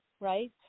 right